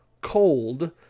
cold